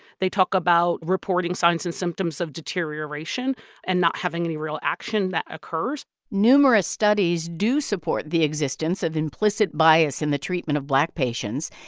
they talk about reporting signs and symptoms of deterioration and not having any real action that occurs numerous studies do support the existence of implicit bias in the treatment of black patients.